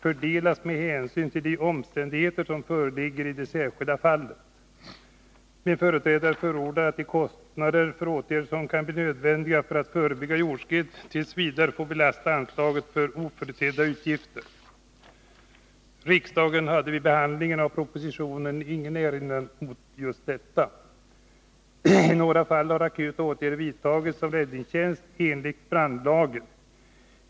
fördelas med hänsyn till de omständigheter som föreligger i det särskilda fallet. Min företrädare förordade att de kostnader för åtgärder som kan bli nödvändiga för att förebygga jordskred t.v. får belasta anslaget för oförutsedda utgifter. Riksdagen hade vid behandlingen av propositionen ingen erinran mot detta. I några fall har akuta åtgärder vidtagits som räddningstjänst enligt brandlagen.